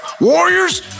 Warriors